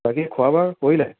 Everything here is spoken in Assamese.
বাকী খোৱা বোৱা কৰিলে